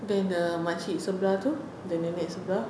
then the makcik sebelah itu the nenek sebelah